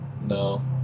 No